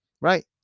right